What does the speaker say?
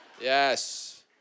Yes